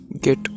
get